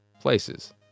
places